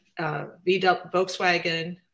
Volkswagen